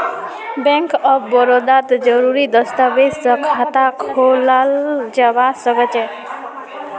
bank of बड़ौदात जरुरी दस्तावेज स खाता खोलाल जबा सखछेक